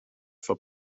for